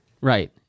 Right